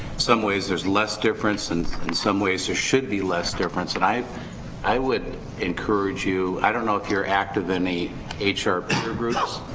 some ways there's less difference and in some ways there should be less difference, and i i would encourage you, i don't know if you're active any ah hr peer groups,